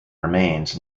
remains